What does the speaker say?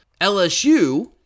LSU